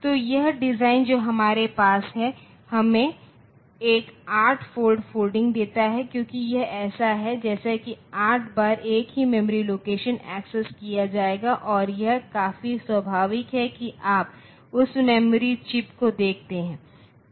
तो यह डिज़ाइन जो हमारे पास है हमें एक 8 फोल्ड फोल्डिंग देता है क्योंकि यह ऐसा है जैसे कि 8 बार एक ही मेमोरी लोकेशन एक्सेस किया जाएगा और यह काफी स्वाभाविक है कि आप उस मेमोरी चिप को देखते हैं